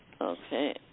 Okay